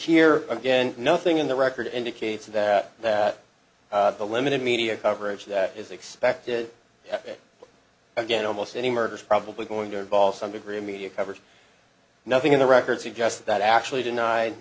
here again nothing in the record indicates that that the limited media coverage that is expected again almost any murder is probably going to involve some degree of media coverage nothing in the record suggests that actually denied